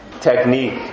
technique